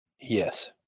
yes